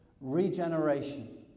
regeneration